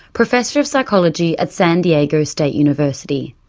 professor of psychology at san diego state university.